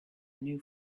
new